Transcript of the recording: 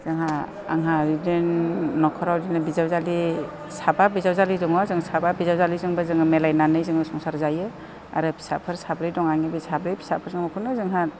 जोंहा आंहा बिदिनो न'खराव बिदिनो बिजावजालि साबा बिजावजालि दङ जों साबा बिजावजालिजोंबो जोङो मिलायनानै जोङो संसार जायो आरो फिसाफोर साब्रै दं आंनि बे साब्रै फिसाफोरजोंखौनो जोंहा